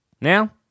Now